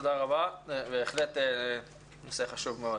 תודה רבה, זה בהחלט נושא חשוב מאוד.